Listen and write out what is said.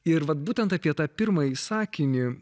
ir vat būtent apie tą pirmąjį sakinį